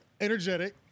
energetic